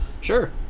Sure